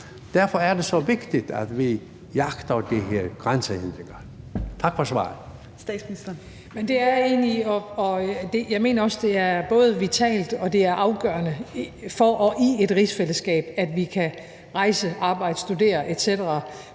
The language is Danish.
Derfor er det så vigtigt, at vi jagter de her grænsehindringer. Tak for svaret.